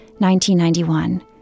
1991